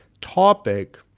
topic